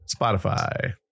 Spotify